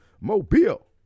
Mobile